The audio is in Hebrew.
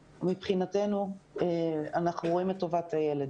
מבחינתנו אנחנו רואים את טובת הילד